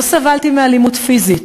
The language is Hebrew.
לא סבלתי מאלימות פיזית"